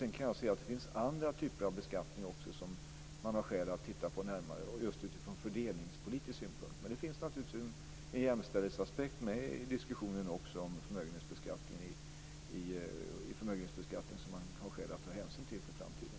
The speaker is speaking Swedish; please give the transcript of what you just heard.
Sedan kan jag se att det också finns andra typer av beskattning som man har skäl att titta närmare på just utifrån fördelningspolitisk synpunkt. Men det finns naturligtvis en jämställdhetsaspekt med i diskussionen om förmögenhetsbeskattningen som man har skäl att ta hänsyn till för framtiden.